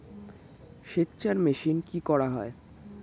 সেকচার মেশিন কি করা হয়?